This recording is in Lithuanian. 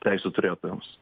teisių turėtojams